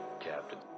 Captain